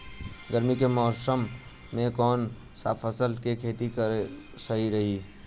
गर्मी के मौषम मे कौन सा फसल के खेती करल सही रही?